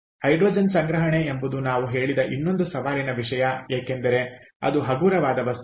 hydrogen ಸಂಗ್ರಹಣೆ ಎಂಬುದು ನಾವು ಹೇಳಿದ ಇನ್ನೊಂದು ಸವಾಲಿನ ವಿಷಯ ಏಕೆಂದರೆ ಅದು ಹಗುರವಾದ ವಸ್ತುವಾಗಿದೆ